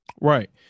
Right